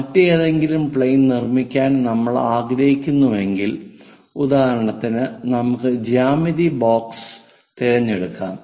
മറ്റേതെങ്കിലും പ്ലെയിൻ നിർമ്മിക്കാൻ നമ്മൾ ആഗ്രഹിക്കുന്നുവെങ്കിൽ ഉദാഹരണത്തിന് നമുക്ക് ജ്യാമിതി ബോക്സ് തിരഞ്ഞെടുക്കാം